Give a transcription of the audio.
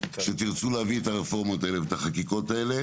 כשתרצו להביא את הרפורמות ואת החקיקות האלה